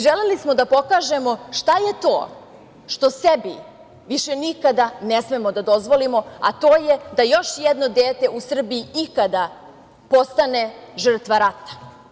Želeli smo da pokažemo šta je to što sebi više nikada ne smemo da dozvolimo, a to je da još jedno dete u Srbiji ikada postane žrtva rata.